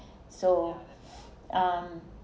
so um